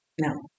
No